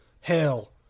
Hell